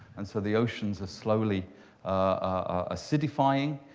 and so the oceans are slowly ah acidifying